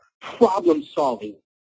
problem-solving